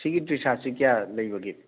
ꯁꯤꯒꯤ ꯇ꯭ꯔꯤ ꯁꯥꯔꯠꯁꯦ ꯀꯌꯥ ꯂꯩꯕꯒꯦ